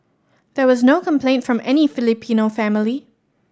there was no complaint from any Filipino family